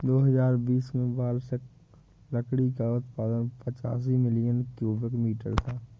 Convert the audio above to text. दो हजार बीस में वार्षिक लकड़ी का उत्पादन पचासी मिलियन क्यूबिक मीटर था